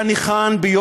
חוק המאבק בטרור (תיקון מס' 1)